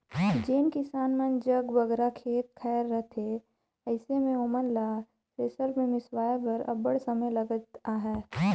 जेन किसान मन जग बगरा खेत खाएर रहथे अइसे मे ओमन ल थेरेसर मे मिसवाए बर अब्बड़ समे लगत अहे